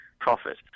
profit